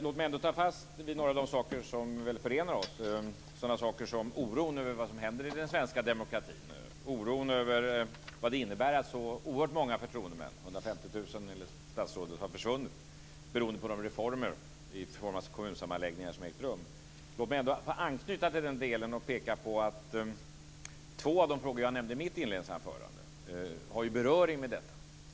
Låt mig ändå ta fasta på några av de saker som väl förenar oss, som oron över vad som nu händer i den svenska demokratin och vad det innebär att så oerhört många förtroendemän - 150 000, enligt statsrådet - har försvunnit beroende på de reformer i form av kommunsammanläggningar som har ägt rum. Låt mig få anknyta till denna del och peka på att två av de frågor som jag nämnde i mitt inledningsanförande har beröring med detta.